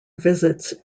visits